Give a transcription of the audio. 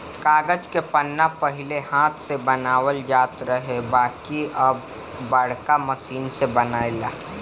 कागज के पन्ना पहिले हाथ से बनावल जात रहे बाकिर अब बाड़का मशीन से बनेला